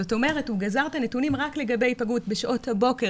זאת אומרת הוא גזר את הנתונים רק לגבי היפגעות בשעות הבוקר